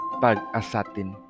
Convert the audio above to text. pag-asatin